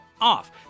off